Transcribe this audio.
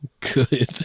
good